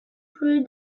through